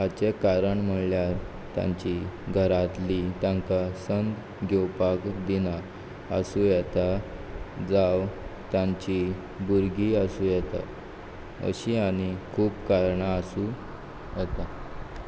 हाचें कारण म्हळ्ळ्यार तांचीं घरांतलीं तांकां संद घेवपाक दिना आसूं येता जावं तांचीं भुरगीं आसूं येता अशीं आनी खूब कारणां आसूं येता